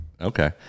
Okay